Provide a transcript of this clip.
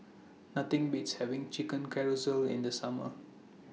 Nothing Beats having Chicken Casserole in The Summer